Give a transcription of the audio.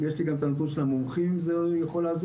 יש לי גם את הנתון של המומחים אם זה יכול לעזור,